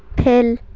fail